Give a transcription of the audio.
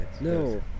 No